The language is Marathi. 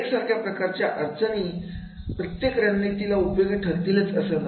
एक सारख्या प्रकारच्या असणाऱ्या अडचणींना प्रत्येक रणनीति उपयोगी ठरेल असे नाही